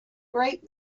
great